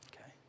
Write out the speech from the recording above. Okay